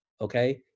okay